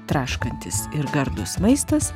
traškantis ir gardus maistas